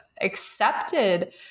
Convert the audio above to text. accepted